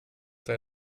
sei